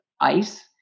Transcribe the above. ice